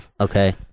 Okay